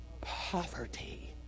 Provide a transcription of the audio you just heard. poverty